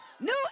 new